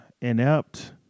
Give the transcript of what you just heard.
inept